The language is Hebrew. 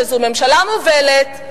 שזו ממשלה מובלת,